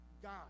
God